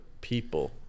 people